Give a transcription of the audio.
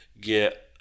get